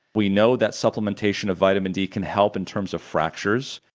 we know that supplementation of vitamin d can help in terms of fractures.